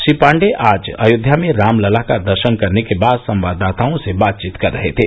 श्री पाण्डेय आज अयोध्या में रामलला का दर्शन करने के बाद संवाददाताओं से बातचीत कर रहे थे